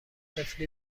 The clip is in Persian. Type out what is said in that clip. طفلی